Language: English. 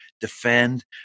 defend